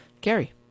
Gary